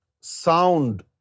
sound